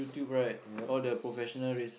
ya